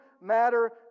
matter